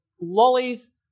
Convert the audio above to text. lollies